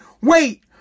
Wait